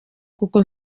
kuko